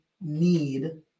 need